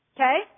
okay